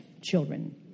children